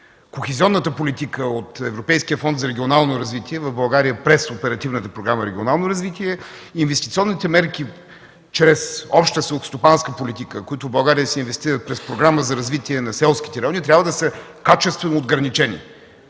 Кохезионната политика от Европейския фонд за регионално развитие в България е през Оперативна програма „Регионално развитие” и инвестиционните мерки чрез Общата селскостопанска политика, които в България се инвестират през Програма за развитие на селските райони, трябва да са качествено отграничени.